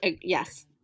Yes